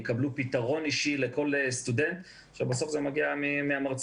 יקבלו פתרון אישי לכל סטודנט אבל בסוף זה מגיע מהמרצים.